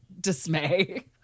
dismay